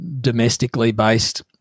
domestically-based